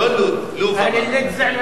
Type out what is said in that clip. לא לוד, לוב אמרתי.